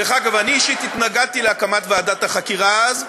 דרך אגב, אני אישית התנגדתי להקמת ועדת החקירה אז,